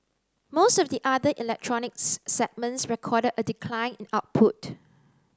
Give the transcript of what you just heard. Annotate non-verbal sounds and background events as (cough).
most of the other electronics (unintelligible) segments recorded a decline in output